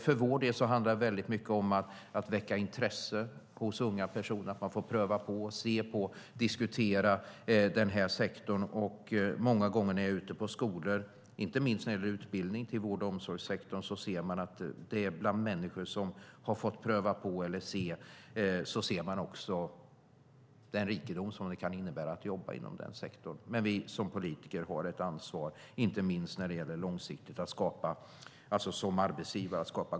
För vår del handlar det väldigt mycket om att väcka intresse hos unga personer, så att de får pröva på, se på och diskutera den här sektorn. Många gånger när jag är ute på skolor, inte minst när det gäller utbildning till vård och omsorgssektorn, erfar jag att människor som har fått pröva på eller se denna sektor också ser den rikedom som det kan innebära att jobba där. Vi som politiker har ett ansvar, och inte minst gäller det att långsiktigt skapa goda villkor som arbetsgivare.